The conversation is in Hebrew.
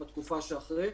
בתקופה שאחרי,